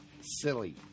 Silly